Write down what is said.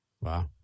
Wow